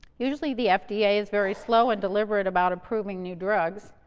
usually the fda is very slow and deliberate about approving new drugs.